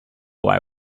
why